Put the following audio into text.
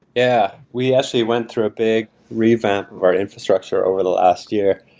yeah. we actually went through a big revamp of our infrastructure over the last year.